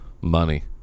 money